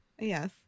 Yes